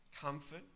comfort